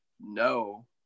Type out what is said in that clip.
no